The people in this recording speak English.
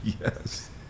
Yes